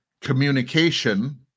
communication